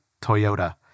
Toyota